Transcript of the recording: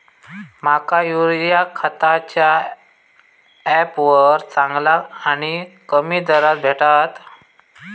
माका युरिया खयच्या ऍपवर चांगला आणि कमी दरात भेटात?